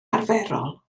arferol